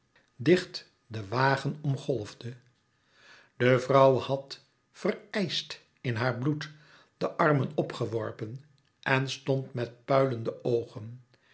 den wagen omgolfde de vrouwe had verijsd in haar bloed de armen op geworpen en stond met puilende oogen